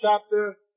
chapter